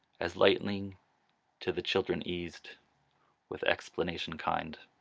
as lightning to the children eased with explanation kind,